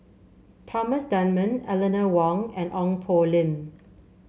Thomas Dunman Eleanor Wong and Ong Poh Lim